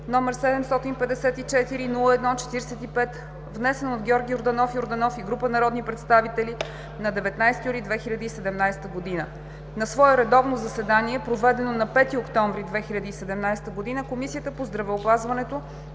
№ 754-01-45, внесен от Георги Йорданов Йорданов и група народни представители на 19 юли 2017 г. На свое редовно заседание, проведено на 5 октомври 2017 г., Комисията по здравеопазването